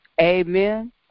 Amen